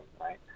right